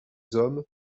hommes